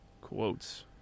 quotes